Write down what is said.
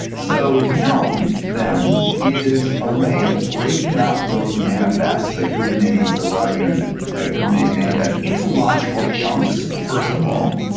so helm then is a way of breaking up those manifests that kubernetes, the raw you know kubernetes manifest into logical chunks, first of all.